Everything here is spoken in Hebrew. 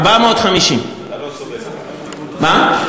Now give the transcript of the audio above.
450. מה?